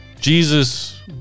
Jesus